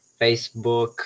Facebook